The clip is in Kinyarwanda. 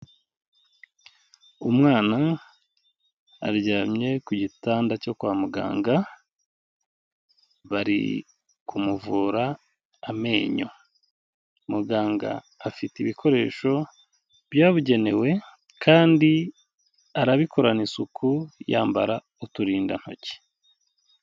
Umwana aryamye ku gitanda cyo kwa muganga, bari kumuvura amenyo, muganga afite ibikoresho byabugenewe kandi arabikorana isuku yambara uturindantoki.